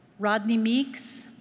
rodney meeks?